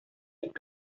итеп